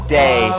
day